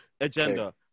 agenda